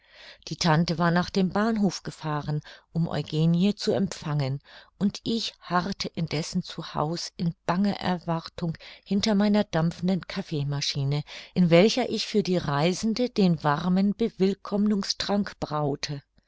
die tante war nach dem bahnhofe gefahren um eugenie zu empfangen und ich harrte indessen zu haus in banger erwartung hinter meiner dampfenden kaffeemaschine in welcher ich für die reisende den warmen bewillkommnungstrank braute